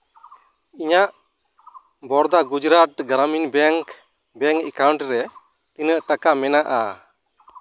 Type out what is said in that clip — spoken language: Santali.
ᱤᱧᱟᱹᱜ ᱵᱚᱨᱫᱟ Gujarat Gramin bank bank account ᱨᱮ ᱛᱤᱱᱟᱹᱜ ᱴᱟᱠᱟ ᱢᱮᱱᱟᱜᱼᱟ